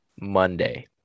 Monday